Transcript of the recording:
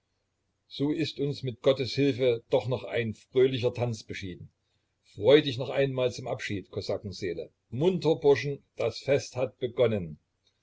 so ist uns mit gottes hilfe doch noch ein fröhlicher tanz beschieden freu dich noch einmal zum abschied kosakenseele munter burschen das fest hat begonnen